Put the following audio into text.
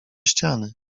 ściany